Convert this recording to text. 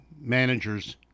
managers